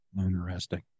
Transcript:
Interesting